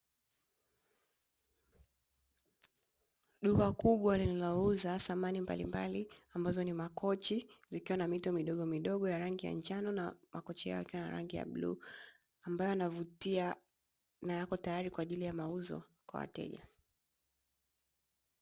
Duka kubwa linalouza samani mbali mbali ambazo ni makochi, zikiwa na mito midogo midogo ya rangi ya njano na makochi yao yakiwa na rangi ya bluu. Ambayo yanavutia na yako tayari kwa ajili ya mauzo kwa wateja.